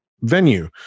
venue